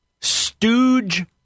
stooge